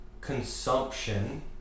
consumption